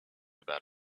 about